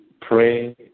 pray